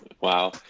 Wow